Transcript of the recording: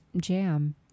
jam